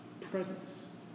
presence